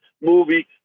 movie